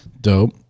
dope